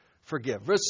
forgive